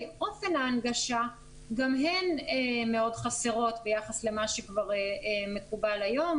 אופן ההנגשה גם הן מאוד חסרות ביחס למה שכבר מקובל היום,